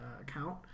account